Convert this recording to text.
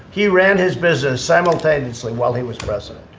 he ran his business simultaneously while he was president.